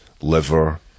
liver